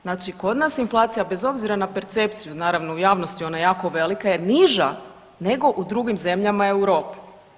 Znači kod nas inflacija bez obzira na percepciju naravno u javnosti ona je jako velika je niža nego u drugim zemljama Europe.